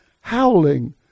howling